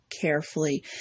carefully